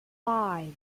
five